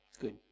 Good